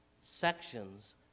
sections